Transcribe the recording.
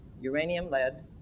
uranium-lead